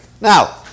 Now